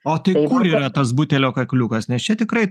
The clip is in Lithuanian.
o tai kur yra tas butelio kakliukas nes čia tikrai